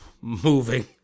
moving